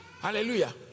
hallelujah